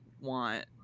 want